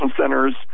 centers